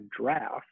draft